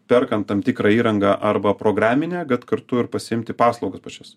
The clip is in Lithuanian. perkant tam tikrą įrangą arba programinę bet kartu ir pasiimti paslaugas pačias